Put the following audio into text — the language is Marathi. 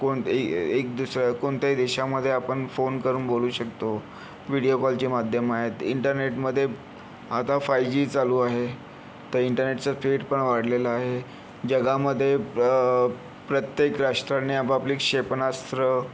कोणत्याही ए ए एक दुसऱ्या कोणत्याही देशामध्ये आपण फोन करून बोलू शकतो व्हिडिओ कॉलचे माध्यम आहेत इंटरनेटमध्ये आता फाय जी चालू आहे त इंटरनेटचा स्पीड पण वाढलेला आहे जगामध्ये प्र प्रत्येक राष्ट्रांनी आपापली क्षेपणास्त्रं